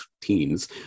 teens